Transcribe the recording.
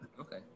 Okay